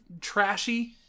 trashy